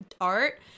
art